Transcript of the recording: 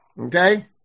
Okay